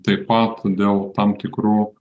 taip pat dėl tam tikrų